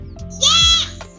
Yes